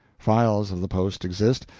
files of the post exist,